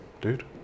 dude